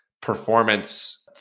performance